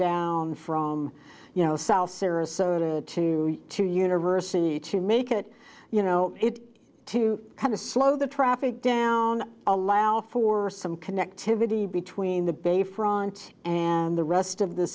down from you know south sarasota to to university to make it you know it to kind of slow the traffic down allow for some connectivity between the bayfront and the rest of the